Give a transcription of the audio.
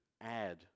add